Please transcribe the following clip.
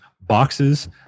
boxes